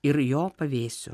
ir jo pavėsiu